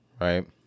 Right